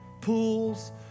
pools